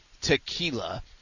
tequila